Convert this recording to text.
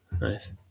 Nice